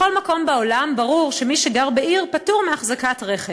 בכל מקום בעולם ברור שמי שגר בעיר פטור מהחזקת רכב,